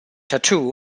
tattoo